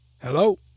Hello